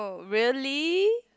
really